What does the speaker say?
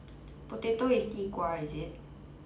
potato is 地瓜 is it